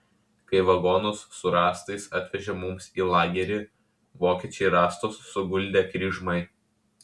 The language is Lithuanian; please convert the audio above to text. kai vagonus su rąstais atvežė mums į lagerį vokiečiai rąstus suguldė kryžmai